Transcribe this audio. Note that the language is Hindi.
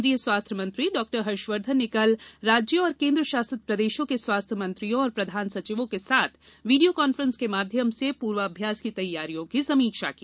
केन्द्रीय स्वास्थ्य मंत्री डॉक्टर हर्षवर्धन ने कल राज्यों और केन्द्रशासित प्रदेशों के स्वास्थ्य मंत्रियों और प्रधान सचिवों के साथ वीडियो कांफ्रेंस के माध्यम से पूर्वाभ्यास की तैयारियों की समीक्षा की